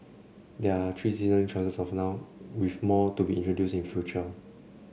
there are three seasoning choices as of now with more to be introduced in the future